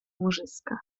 łożyska